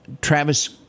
Travis